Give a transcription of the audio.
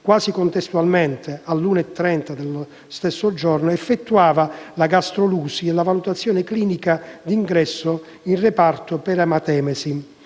quasi contestualmente alle ore 1,30 del 6 gennaio, effettuava gastrolusi e la valutazione clinica di ingresso in reparto per ematemesi.